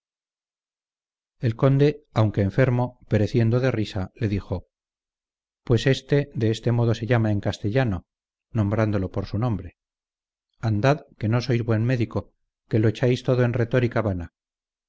el conde aunque enfermo pereciendo de risa le dijo pues este de este modo se llama en castellano nombrándolo por su nombre andad que no sois buen médico que lo echáis todo en retórica vana